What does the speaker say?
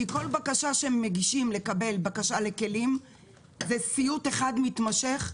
כי כל בקשה שמגישים לכלים זה סיוט אחד מתמשך,